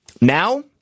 Now